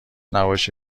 نباشه